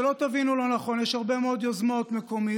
שלא תבינו לא נכון, יש הרבה מאוד יוזמות מקומיות,